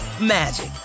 magic